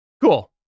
cool